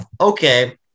Okay